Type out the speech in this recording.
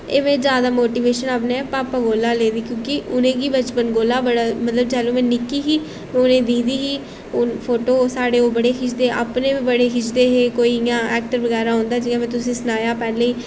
एह् में जादा मोटिवेशन अपने पापा कोला लेदी क्योंकि उ'नेंगी बचपन कोला बड़ा मतलब जेह्लूं में निक्की ही उ'नें ही दिखदी ही फोटो साढ़े ओह् बड़े खिचदे हे अपने बी बड़े खिचदे हे कोई इ'यां ऐक्टर बगैरा औंदा हा जियां में तुसेंगी सनाया पैह्लें